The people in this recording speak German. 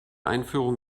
einführung